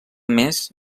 més